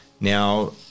Now